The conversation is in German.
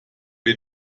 wir